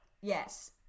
Yes